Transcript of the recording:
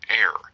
air